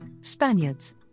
Spaniards